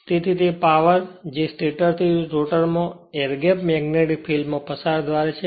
અને તેથી તે પાવર જે સ્ટેટરથી રોટરમાં એર ગેપ મેગ્નેટીક ફિલ્ડદ્વારા પસાર થાય છે